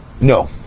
No